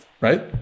right